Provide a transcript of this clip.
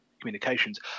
communications